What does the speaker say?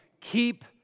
keep